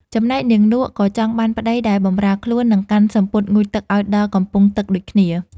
ចំណែក នាងនក់ ក៏ចង់បានប្តីដែលបម្រើខ្លួន និងកាន់សំពត់ងូតទឹកឱ្យដល់កំពង់ទឹកដូចគ្នា ។